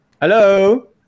Hello